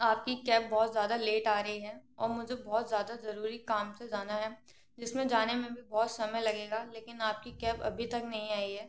आपकी कैब बहुत ज़्यादा लेट आ रही है औ मुझे बहुत ज़्यादा ज़रूरी काम से जाना है जिस में जाने में भी बहुत समय लगेगा लेकिन आप की कैब अभी तक नहीं आई है